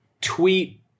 tweet